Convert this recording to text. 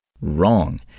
Wrong